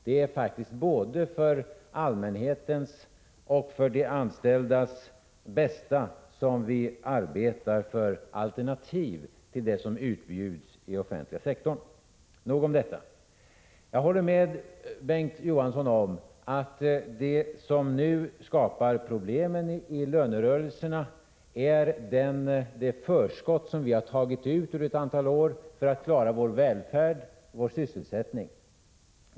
Det är faktiskt både för allmänhetens och för de anställdas bästa som vi arbetar för alternativ till det som utbjuds i den offentliga sektorn. Nog om detta. Jag håller med Bengt K. Å. Johansson om att det som nu skapar problemen i lönerörelsen är det förskott som vi har tagit ut under ett antal år för att klara vår välfärd och vår sysselsättning.